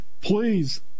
please